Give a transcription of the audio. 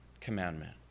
commandment